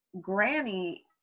Granny